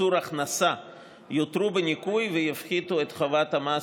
ייצור הכנסה יותרו בניכוי ויפחיתו את חובת המס